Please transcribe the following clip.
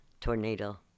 tornado